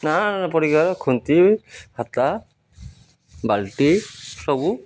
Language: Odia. ଖୁନ୍ତି ହତା ବାଲ୍ଟି ସବୁ